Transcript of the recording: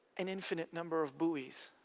an infinite number of buoys